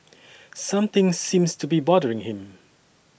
something seems to be bothering him